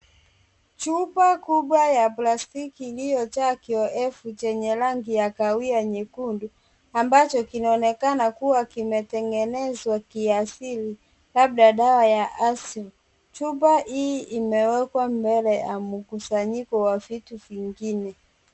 Chupa kubwa ya plastiki iliyojaa kiyoyevu chenye rangi ya kahawia nyekundu, ambacho kinaonekana kuwa kimetengenezwa kiasili, labda dawa ya asthma. Chupa hii imewekwa mbele ya mkusanyiko wa vitu vingine.